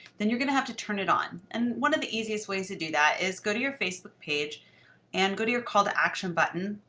then you're going to have to turn it on. and one of the easiest ways to do that is go to your facebook page and go to your call to action button.